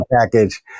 package